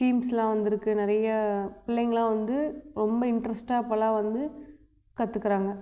ஸ்கீம்ஸுலாம் வந்திருக்கு நிறைய பிள்ளைங்கள்லாம் வந்து ரொம்ப இன்ட்ரெஸ்ட்டாக இப்போல்லாம் வந்து கத்துக்கிறாங்க